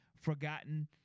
forgotten